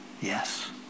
Yes